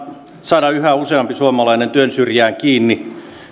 saada yhä useampi suomalainen työn syrjään kiinni